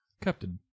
Captain